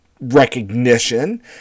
recognition